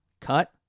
Cut